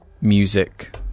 music